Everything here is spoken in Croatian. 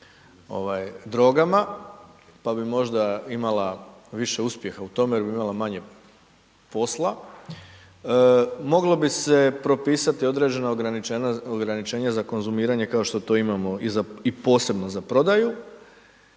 pa bi možda imala više uspjeha u tome jer bi imala manje posla. Moglo bi se propisati određeno ograničenje za konzumiranje, kao što to imamo i posebno za prodaju.